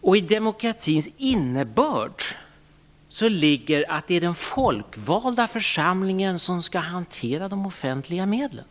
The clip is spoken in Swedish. Och i demokratins innebörd ligger att det är den folkvalda församlingen som skall hantera de offentliga medlen.